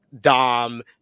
Dom